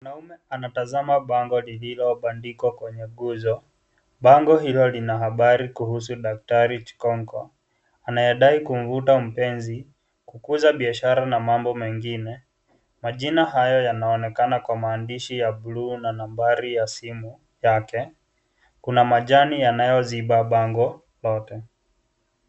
Mwanaume anatazama bango lililobamdikwa kwenye nguzo. Bango hilo lina habari kuhusu daktari Kongo, anayedai kumvuta mpenzi, kugusa biashara na mambo mengine. Majina hayo yanaonekana kwa maandishi ya bluu na nambari ya simu yake. Kuna majani yanayoziba bango lote.